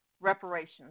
reparations